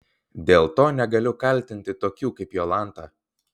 dėl to negaliu kaltinti tokių kaip jolanta